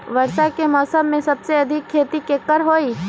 वर्षा के मौसम में सबसे अधिक खेती केकर होई?